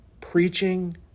preaching